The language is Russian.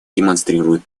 демонстрирует